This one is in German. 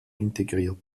integriert